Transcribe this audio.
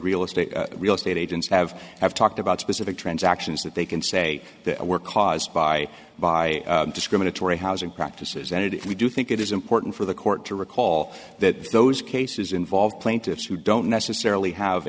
real estate real estate agents have have talked about specific transactions that they can say that were caused by by discriminatory housing practices and if we do think it is important for the court to recall that those cases involve plaintiffs who don't necessarily have